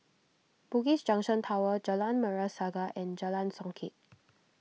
Bugis Junction Towers Jalan Merah Saga and Jalan Songket